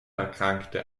erkrankte